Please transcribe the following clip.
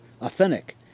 authentic